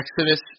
Exodus